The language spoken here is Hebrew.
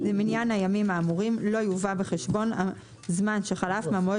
במניין הימים האמורים לא יובא בחשבון הזמן שחלף מהמועד